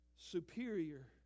Superior